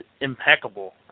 impeccable